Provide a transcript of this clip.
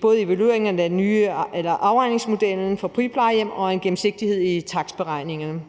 både evalueringen af afregningsmodellen for friplejehjem og en gennemsigtighed i takstberegningerne